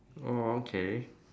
oh okay